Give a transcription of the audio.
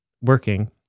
working